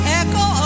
echo